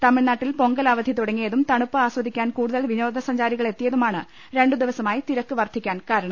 തമിഴ്നാട്ടിൽ പൊങ്കൽ അവധി തുടങ്ങിയതും തണുപ്പ് ആസ്വദി ക്കാൻ കൂടുതൽ വിനോദസഞ്ചാരികളെത്തിയതുമാണ് രണ്ടുദിവ സമായി തിരക്ക് വർധിക്കാൻ കാരണം